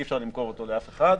אי-אפשר למכור אותו לאף אחד.